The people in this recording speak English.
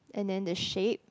and then the shape